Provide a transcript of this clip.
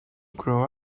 grow